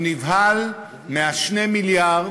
הוא נבהל מ-2 המיליארד,